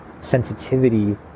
sensitivity